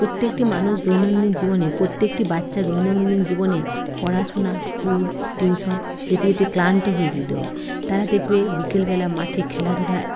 প্রত্যেকটি মানুষ দৈনন্দিন জীবনে প্রত্যেকটি বাচ্চা দৈনন্দিন জীবনে পড়াশুনা স্কুল টিউশন যেতে যেতে ক্লান্ত হয়ে যেতো তারা দেখবে বিকালবেলা মাঠে খেলাধূলায়